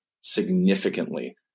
significantly